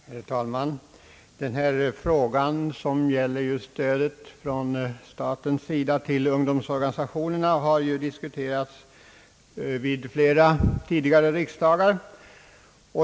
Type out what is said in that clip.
Herr talman! Denna fråga, som gäller stödet från statens sida till ung domsorganisationerna, har ju diskuterats vid flera tidigare riksdagar.